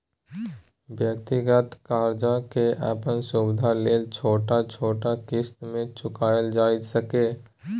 व्यक्तिगत कर्जा के अपन सुविधा लेल छोट छोट क़िस्त में चुकायल जाइ सकेए